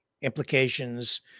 implications